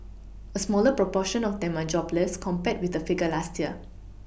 a smaller proportion of them are jobless compared with the figure last year